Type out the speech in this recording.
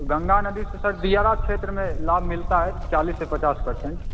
गंगा नदी से सर दियरा क्षेत्र में लाभ मिलता है चालीस से पचास पर्सेंट